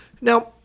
Now